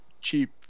cheap